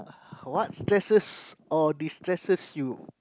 what stresses or de stresses you